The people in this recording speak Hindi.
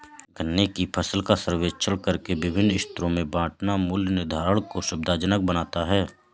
गन्ने की फसल का सर्वेक्षण करके विभिन्न स्तरों में बांटना मूल्य निर्धारण को सुविधाजनक बनाता है